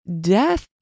Death